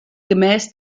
gemäß